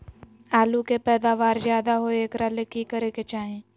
आलु के पैदावार ज्यादा होय एकरा ले की करे के चाही?